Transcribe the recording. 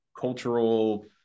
cultural